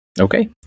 Okay